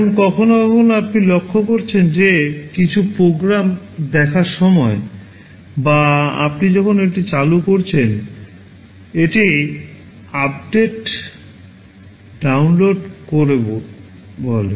এখন কখনও কখনও আপনি লক্ষ্য করেছেন যে কিছু প্রোগ্রাম দেখার সময় বা আপনি যখন এটি চালু করছেন এটি আপডেট ডাউনলোড করে বলে